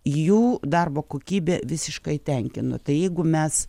jų darbo kokybė visiškai tenkino tai jeigu mes